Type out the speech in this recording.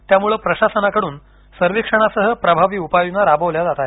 त्यामुळे प्रशासनाकडून सर्वेक्षणासह प्रभावी उपाययोजना राबविल्या जात आहेत